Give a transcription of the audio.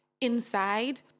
inside